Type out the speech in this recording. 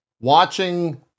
watching